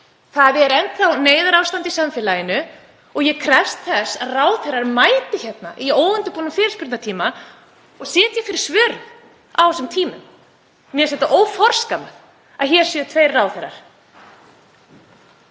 Það er enn þá neyðarástand í samfélaginu og ég krefst þess að ráðherrar mæti í óundirbúinn fyrirspurnatíma og sitji fyrir svörum á þessum tímum. Mér finnst óforskammað að hér séu tveir ráðherrar.